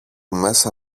μέσα